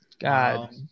God